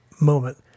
moment